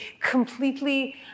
completely